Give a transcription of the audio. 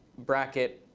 bracket,